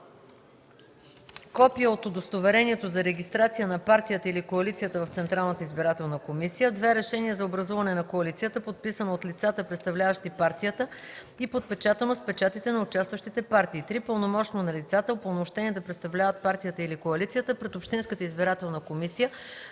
копие от удостоверението за регистрация на партията или коалицията в Централната избирателна комисия; 2. решение за образуване на коалицията, подписано от лицата, представляващи партиите, и подпечатано с печатите на участващите партии; 3. пълномощно на лицата, упълномощени да представляват партията или коалицията пред общинската избирателна комисия,